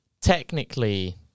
Technically